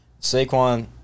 Saquon